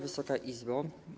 Wysoka Izbo!